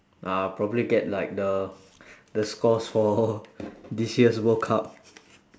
I'll probably get like the the scores for this year's world cup